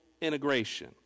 integration